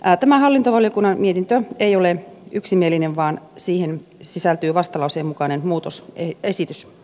tämä hallintovaliokunnan mietintö ei ole yksimielinen vaan siihen sisältyy vastalauseen mukainen muutosesitys